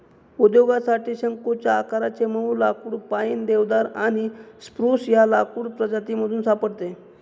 उद्योगासाठी शंकुच्या आकाराचे मऊ लाकुड पाईन, देवदार आणि स्प्रूस या लाकूड प्रजातीमधून सापडते